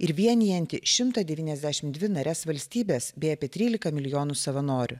ir vienijanti šimtą devyniasdešimt dvi nares valstybes bei apie trylika milijonų savanorių